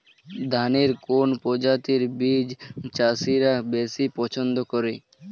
ধানের কোন প্রজাতির বীজ চাষীরা বেশি পচ্ছন্দ করে?